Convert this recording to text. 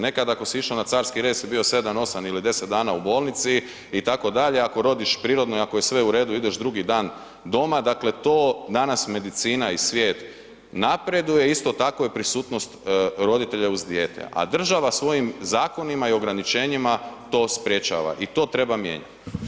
Nekad ako si išo na carski rez si bio 7, 8 ili 10 dana u bolnici itd., ako rodiš prirodno i ako je sve u redu ideš drugi dan doma, dakle to danas medicina i svijet napreduje, isto tako i prisutnost roditelja uz dijete, a država svojim zakonima i ograničenjima to sprječava i to treba mijenjat.